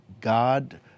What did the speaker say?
God